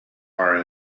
are